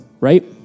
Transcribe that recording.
right